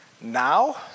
Now